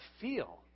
feel